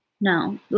no